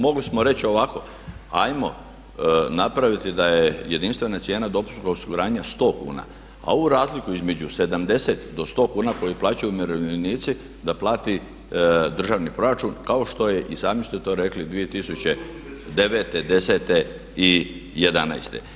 Mogli smo reći ovako, ajmo napraviti da je jedinstvena cijena dopunskog osiguranja 100 kuna a ovu razliku između 70-100 kn koju plaćaju umirovljenici da plati državni proračun kao što je i sami ste to rekli 2009., 2010., 2011.